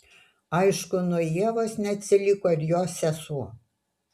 aišku nuo ievos neatsiliko ir jos sesuo